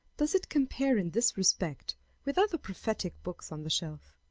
does it compare in this respect with other prophetic books on the shelf?